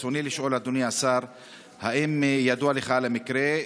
רצוני לשאול: 1. האם ידוע לך על המקרה?